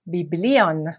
Biblion